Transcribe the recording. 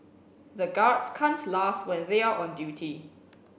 the guards can't laugh when they are on duty